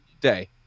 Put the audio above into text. day